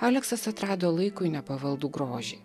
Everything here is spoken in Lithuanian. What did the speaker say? aleksas atrado laikui nepavaldų grožį